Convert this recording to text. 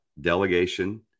delegation